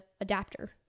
adapter